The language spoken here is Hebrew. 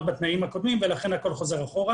בתנאים הקודמים ולכן הכול חוזר אחורה.